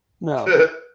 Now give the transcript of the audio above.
No